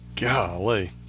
Golly